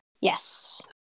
Yes